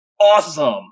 Awesome